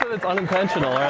um it's unintentional,